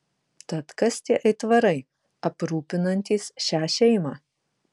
tad kas tie aitvarai aprūpinantys šią šeimą